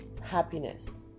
happiness